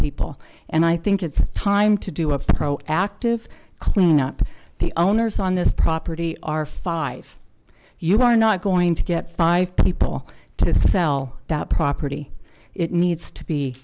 people and i think it's time to do a pro active cleaning up the owners on this property are five you are not going to get five people to sell that property it needs to be